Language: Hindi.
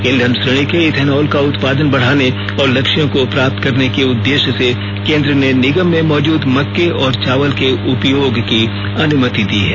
ईंधन श्रेणी के इथेनॉल का उत्पादन बढ़ाने और लक्ष्यों को प्राप्त करने के उद्देश्य से केंद्र ने निगम में मौजूद मक्के और चावल के उपयोग की अनुमति दी है